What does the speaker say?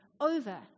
Over